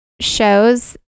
shows